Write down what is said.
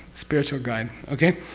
spiritual guide. okay?